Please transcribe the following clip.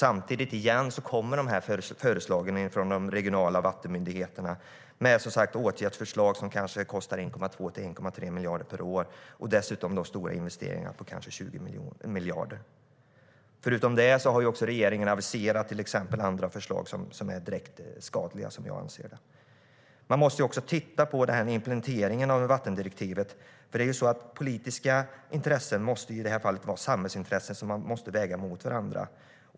Samtidigt kommer åtgärdsförslag från de regionala vattenmyndigheterna som kostar 1,2-1,3 miljarder per år och dessutom stora investeringar på kanske 20 miljarder. Utöver detta har regeringen aviserat andra förslag som jag anser vara direkt skadliga. Man måste titta på en implementering av vattendirektivet. Politiska intressen måste i det här fallet vara samhällsintressen som man väger mot varandra.